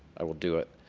i will do it.